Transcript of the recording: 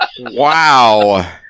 Wow